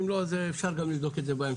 אם לא, אז אפשר גם לבדוק את זה בהמשך.